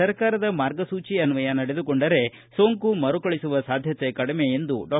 ಸರ್ಕಾರದ ಮಾರ್ಗಸೂಚಿ ಅನ್ವಯ ನಡೆದುಕೊಂಡರೆ ಸೋಂಕು ಮರುಕಳಿಸುವ ಸಾಧ್ಯತೆ ಕಡಿಮೆ ಎಂದು ಡಾ